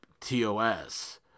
TOS